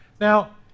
Now